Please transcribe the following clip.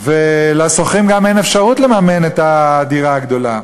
ולשוכרים גם אין אפשרות לממן דירה גדולה.